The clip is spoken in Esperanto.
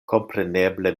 kompreneble